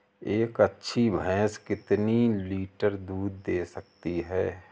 एक अच्छी भैंस कितनी लीटर दूध दे सकती है?